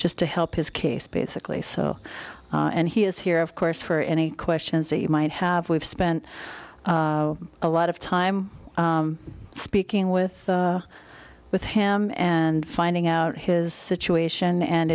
just to help his case basically so and he is here of course for any questions you might have we've spent a lot of time speaking with with him and finding out his situation and